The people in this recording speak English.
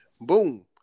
Boom